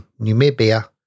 Namibia